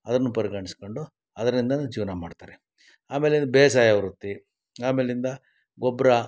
ಅದನ್ನು ಪರಿಗಣಿಸ್ಕೊಂಡು ಅದರಿಂದನು ಜೀವನ ಮಾಡ್ತಾರೆ ಆಮೇಲೆ ಇನ್ನು ಬೇಸಾಯ ವೃತ್ತಿ ಆಮೇಲಿಂದ ಗೊಬ್ಬರ